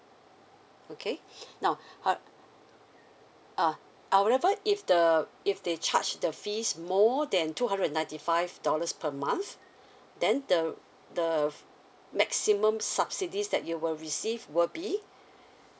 okay now how uh however if the if they charge the fees more then two hundred ninety five dollars per month then the the maximum subsidies that you will receive will be